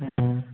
ହଁ